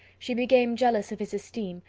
she became jealous of his esteem,